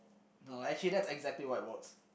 no actually that's exactly why it works